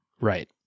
Right